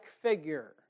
figure